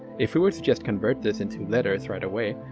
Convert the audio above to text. if we were to just convert this into letters right away,